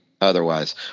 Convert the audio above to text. otherwise